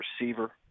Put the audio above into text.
receiver